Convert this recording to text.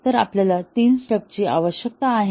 तर आपल्याला तीन स्टब्सची आवश्यकता आहे